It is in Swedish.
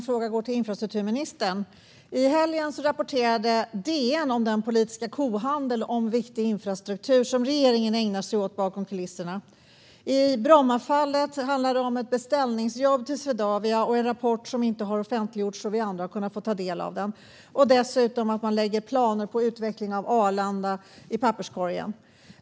Fru talman! I helgen rapporterade DN om den politiska kohandel om viktig infrastruktur som regeringen ägnar sig åt bakom kulisserna. I Brommafallet handlar det om ett beställningsjobb till Swedavia och en rapport som inte har offentliggjorts så att vi andra har kunnat ta del av den. Dessutom lägger man planer på utvecklingen av Arlanda i papperskorgen.